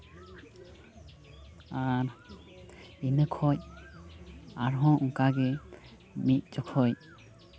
ᱟᱨ ᱤᱱᱟᱹ ᱠᱷᱚᱱ ᱟᱨᱦᱚᱸ ᱚᱱᱠᱟ ᱜᱮ ᱢᱤᱫ ᱡᱚᱠᱷᱚᱱ